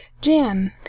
Jan